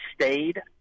stayed